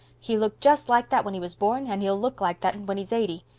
he looked just like that when he was born, and he'll look like that when he's eighty.